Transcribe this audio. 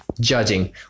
judging